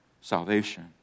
salvation